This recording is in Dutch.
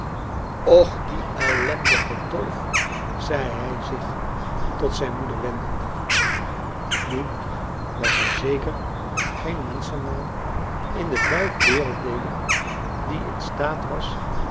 och die ellendige dolf zei hij zich tot zijn moeder wendende nu was er zeker geen menschennaam in de vijf werelddeelen die in staat was